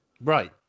Right